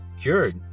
cured